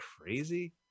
crazy